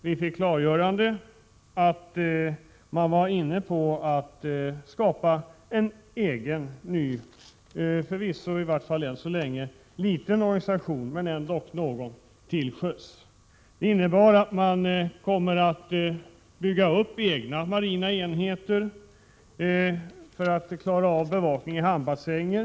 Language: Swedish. Vi fick klargjort: Man var inne på att skapa en egen ny organisation till sjöss, förvisso i vart fall än så länge liten — men ändå! Detta innebär att tullverket kommer att bygga upp egna marina enheter för att klara av bevakningen av hamnbassänger.